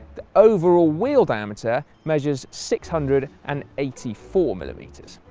the overall wheel diameter measures six hundred and eighty four millimetres.